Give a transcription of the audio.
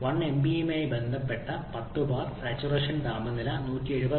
1 എംപിഎയുമായി ബന്ധപ്പെട്ട 10 bar saturation താപനില 179